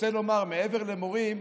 רוצה לומר שמעבר למורים,